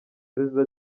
perezida